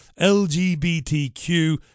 LGBTQ